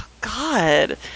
god